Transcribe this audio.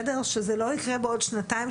שזה לא יקרה בעוד שנתיים,